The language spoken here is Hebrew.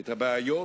את הבעיות